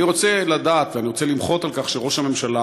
אני רוצה למחות על כך שראש הממשלה,